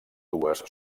dues